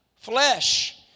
Flesh